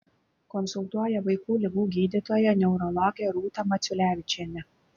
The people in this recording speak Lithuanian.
konsultuoja vaikų ligų gydytoja neurologė rūta maciulevičienė